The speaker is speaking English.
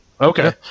Okay